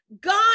God